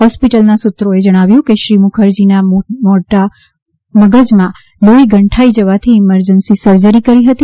હોસ્પિટલનાં સૂત્રોએ જણાવ્યુ છે કે શ્રી મુખરજીના મોટા મગજમાં લોફી ગંઠાઇ જવાથી ઇમરજન્સી સર્જરી કરી હતી